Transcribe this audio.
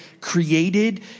created